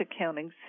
accounting